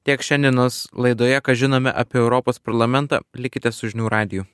tiek šiandienos laidoje ką žinome apie europos parlamentą likite su žinių radiju